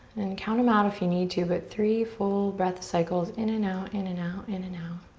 and count em out if you need to but three full breath cycles in and out, in and out, in and out.